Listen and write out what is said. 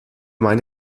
meine